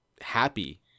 happy